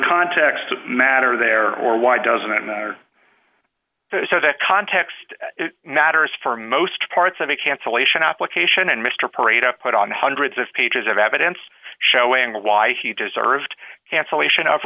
context the matter there or why doesn't it matter so the context matters for most parts of a cancellation application and mr parade of put on hundreds of pages of evidence showing why he deserved cancellation of